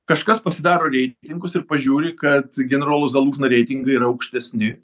kažkas pasidaro reitingus ir pažiūri kad generolo zalūžno reitingai yra aukštesni